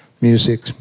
music